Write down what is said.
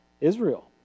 Israel